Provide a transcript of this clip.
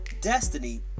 destiny